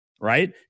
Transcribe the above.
Right